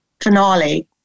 finale